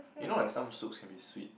you know like some soups can be sweet